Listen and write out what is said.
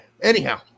Anyhow